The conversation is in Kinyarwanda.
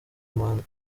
manda